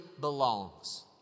belongs